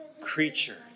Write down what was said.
creature